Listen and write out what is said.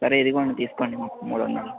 సరే ఇదిగోండి తీసుకోండి మొ మూడు వందలు